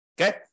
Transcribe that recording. okay